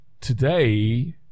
today